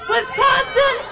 Wisconsin